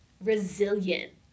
resilient